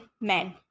men